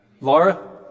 Laura